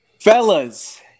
Fellas